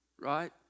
Right